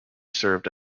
served